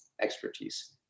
expertise